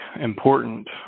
important